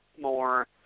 more